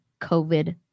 COVID